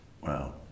Wow